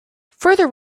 further